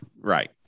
right